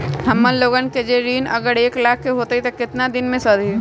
हमन लोगन के जे ऋन अगर एक लाख के होई त केतना दिन मे सधी?